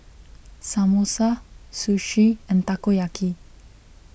Samosa Sushi and Takoyaki